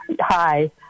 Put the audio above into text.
Hi